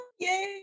Yay